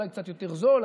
אולי קצת יותר זול,